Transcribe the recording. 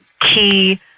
key